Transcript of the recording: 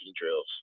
drills